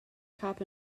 cup